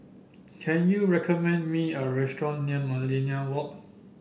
can you recommend me a restaurant near Millenia Walk